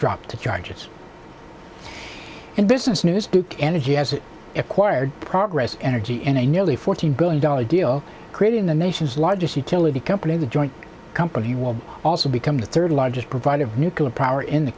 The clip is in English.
dropped the charges and business news duke energy has acquired progress energy and a nearly fourteen billion dollars deal creating the nation's largest utility company the joint company will also become the third largest provider of nuclear power in the